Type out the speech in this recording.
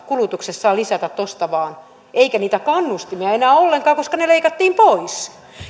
kulutuksessaan lisätä tuosta vain eikä niitä kannustimia enää ole ollenkaan koska ne leikattiin pois